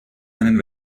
einen